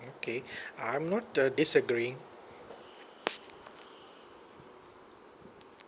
okay I'm not uh disagreeing